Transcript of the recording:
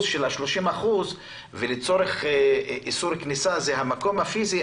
של ה-30% ולצורך איסור כניסה זה המקום הפיזי,